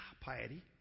piety